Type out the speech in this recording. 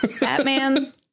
Batman